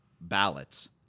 ballots